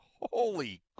Holy